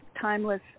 Timeless